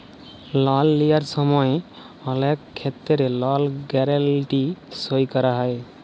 লল লিঁয়ার সময় অলেক খেত্তেরে লল গ্যারেলটি সই ক্যরা হয়